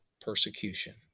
Persecution